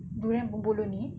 durian bomboloni